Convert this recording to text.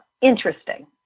interesting